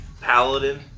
paladin